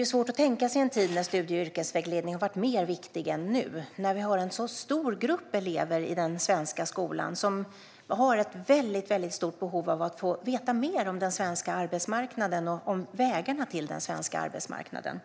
är svårt att tänka sig en tid när studie och yrkesvägledning har varit mer viktig än nu, när vi har en stor grupp elever i den svenska skolan som har ett väldigt stort behov av att få veta mer om den svenska arbetsmarknaden och om vägarna till den svenska arbetsmarknaden.